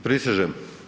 Prisežem.